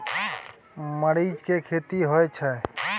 मरीच के खेती होय छय?